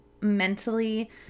mentally